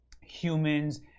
humans